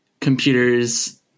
computers